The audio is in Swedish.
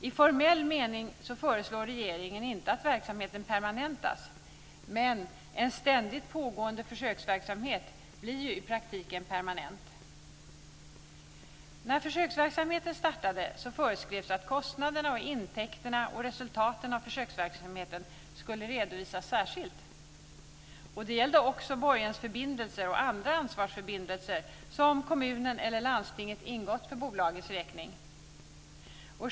I formell mening föreslår regeringen inte att verksamheten permanentas, men en ständigt pågående försöksverksamhet blir ju i praktiken permanent. När försöksverksamheten startade föreskrevs det att kostnaderna, intäkterna och resultaten av försöksverksamheten skulle redovisas särskilt. Det gällde också borgensförbindelser och andra ansvarsförbindelser som kommunen eller landstinget ingått för bolagets räkning.